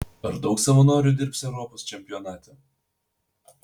ar daug savanorių dirbs europos čempionate